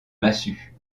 massue